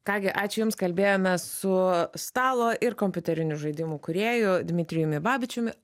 ką gi ačiū jums kalbėjomės su stalo ir kompiuterinių žaidimų kūrėju dmitrijumi babičiumi